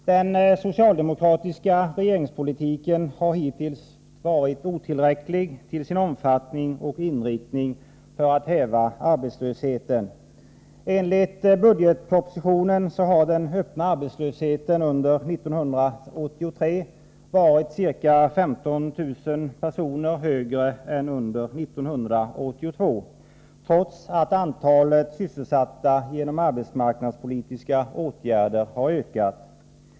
Den socialdemokratiska regeringspolitiken har hittills varit otillräcklig till sin omfattning och inriktning för att häva arbetslösheten. Enligt budgetpropositionen har den öppna arbetslösheten under 1983 varit ca 15 000 personer högre än under 1982, trots att antalet sysselsatta genom arbetsmarknadspolitiska åtgärder ökat.